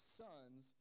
sons